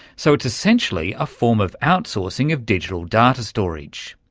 so it's essentially a form of outsourcing of digital data storage.